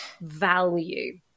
value